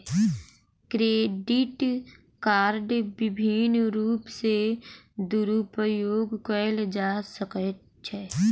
credit कार्डक विभिन्न रूप सॅ दुरूपयोग कयल जा सकै छै